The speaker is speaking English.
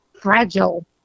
fragile